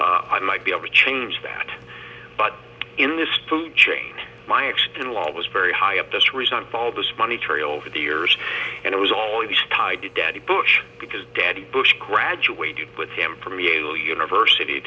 i might be able change that but in this to jane my next in law was very high up this reason for all this money tree over the years and it was always tied to daddy bush because daddy bush graduated with him from yale university